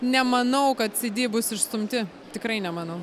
nemanau kad cd bus išstumti tikrai nemanau